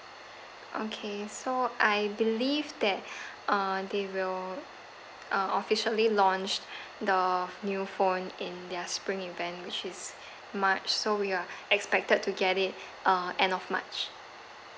okay so I believe that uh they will uh officially launch the new phone in their spring event which is march so we are expected to get it uh end of march